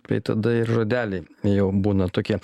tai tada ir žodeliai jau būna tokie